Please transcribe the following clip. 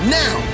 now